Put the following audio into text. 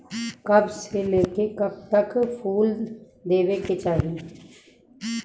कब से लेके कब तक फुल देवे के चाही?